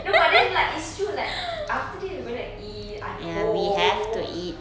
no but then like it's true like after this I'm going to eat I hope